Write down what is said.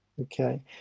Okay